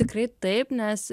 tikrai taip nes